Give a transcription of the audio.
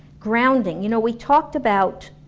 grounding, you know, we talked about